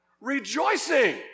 Rejoicing